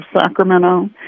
Sacramento